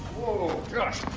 whoa, josh.